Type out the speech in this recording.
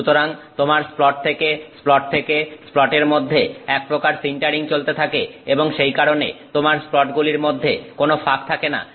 সুতরাং তোমার স্প্লট থেকে স্প্লট থেকে স্প্লট এর মধ্যে এক প্রকার সিন্টারিং চলতে থাকে এবং সেই কারণে তোমার স্প্লটগুলির মধ্যে কোন ফাঁক থাকে না